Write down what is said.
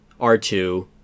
R2